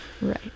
Right